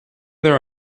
there